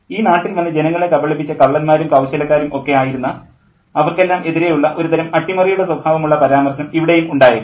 ഈ നാട്ടിൽ വന്ന് ജനങ്ങളെ കബളിപ്പിച്ച കള്ളന്മാരും കൌശലക്കാരും ഒക്കെയായിരുന്ന അവർക്കെല്ലാം എതിരേയുള്ള ഒരു തരം അട്ടിമറിയുടെ സ്വഭാവമുള്ള പരാമർശം ഇവിടെയും ഉണ്ടായേക്കാം